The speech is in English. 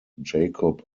jacob